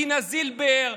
דינה זילבר,